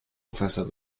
professor